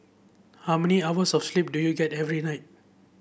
how many hours of sleep do you get every night